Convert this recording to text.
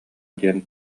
диэн